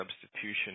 substitution